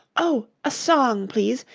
oh, a song, please,